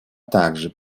также